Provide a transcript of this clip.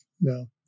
No